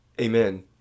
Amen